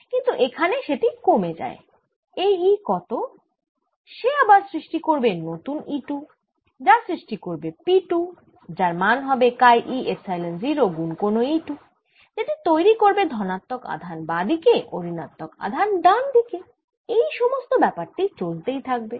কিন্তু এখানে সেটি কমে যায় এই E কত সে আবার সৃষ্টি করবে নতুন E2 যা সৃষ্টি করবে P 2 যার মান হবে কাই e এপসাইলন 0 গুন কোনো E 2 যেটি তৈরি করবে ধনাত্মক আধান বাঁ দিকে ও ঋণাত্মক আধান ডান দিকে এই সমস্ত ব্যাপার টি চলতেই থাকবে